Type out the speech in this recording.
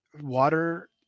Water